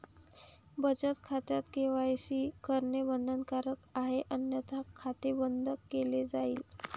बचत खात्यात के.वाय.सी करणे बंधनकारक आहे अन्यथा खाते बंद केले जाईल